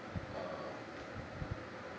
err